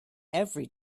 every